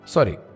Sorry